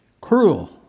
cruel